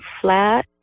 flat